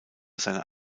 seiner